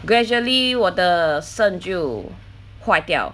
gradually 我的肾就坏掉